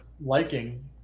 liking